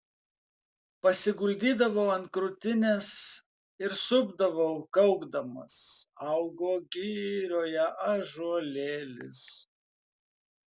pasiguldydavau ant krūtinės ir supdavau kaukdamas augo girioje ąžuolėlis